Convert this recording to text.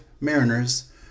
Mariners